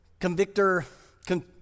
convictor